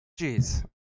Jeez